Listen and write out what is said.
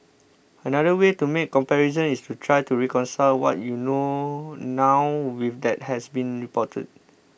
another way to make comparisons is to try to reconcile what you know now with that has been reported